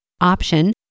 option